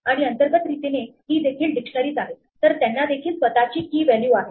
आणि अंतर्गत रीतीने ही देखील डिक्शनरी च आहे तर त्यांनादेखील स्वतःची key व्हॅल्यू आहे